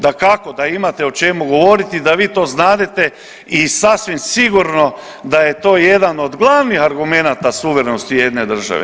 Dakako da imate o čemu govoriti da vi to znadete i sasvim sigurno da je to jedan od glavnih argumenata suverenosti jedne države.